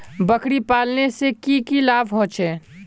बकरी पालने से की की लाभ होचे?